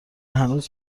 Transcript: هنوز